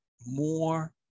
more